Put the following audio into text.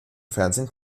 fernsehen